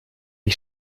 die